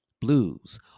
blues